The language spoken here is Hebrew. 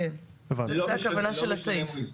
זו הכוונה של הסעיף.